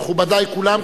מכובדי כולם,